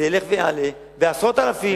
זה ילך ויעלה בעשרות אלפים.